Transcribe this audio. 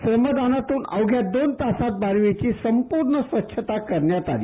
श्रमदानातून अवघ्या दोन तासात बारवेची संपूर्ण स्वच्छता करण्यात आली